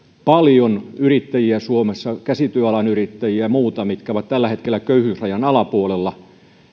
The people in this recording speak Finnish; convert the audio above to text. paljon yrittäjiä käsityöalan yrittäjiä ja muita jotka ovat tällä hetkellä köyhyysrajan alapuolella